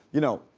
you know,